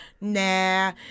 Nah